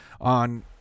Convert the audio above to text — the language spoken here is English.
on